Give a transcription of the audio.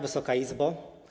Wysoka Izbo!